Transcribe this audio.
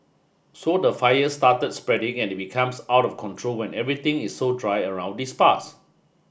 so the fire starts the spreading and it becomes out of control when everything is so dry around these parts